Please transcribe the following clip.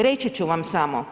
Reći ću vam samo.